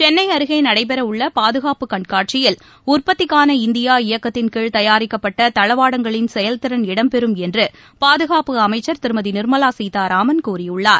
சென்னைஅருகேநடைபெறவுள்ளபாதுகாப்பு கண்காட்சியில் உற்பத்திக்கான இந்தியா இயக்கத்தின்கீழ் தயாரிக்கப்பட்டதளவாடங்களின் செயல்திறன் இடம் பெறும் என்றுபாதுகாப்பு அமைச்சர் திருமதிநிர்மவாசீதாராமன் கூறியுள்ளார்